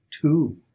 two